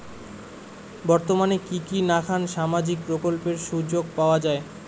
বর্তমানে কি কি নাখান সামাজিক প্রকল্পের সুযোগ পাওয়া যায়?